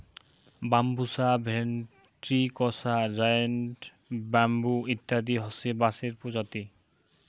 Bambusa ventricosa, giant bamboo ইত্যাদি হসে বাঁশের প্রজাতি